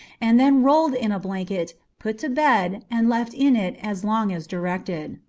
and then rolled in a blanket, put to bed, and left in it as long as directed.